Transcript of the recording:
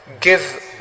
give